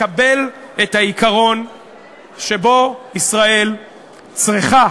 מקבל את העיקרון שבו ישראל צריכה